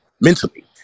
mentally